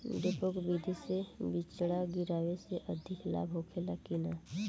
डेपोक विधि से बिचड़ा गिरावे से अधिक लाभ होखे की न?